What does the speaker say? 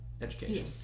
education